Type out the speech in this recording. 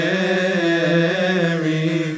Mary